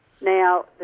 Now